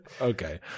Okay